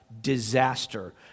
disaster